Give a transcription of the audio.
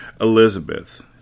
Elizabeth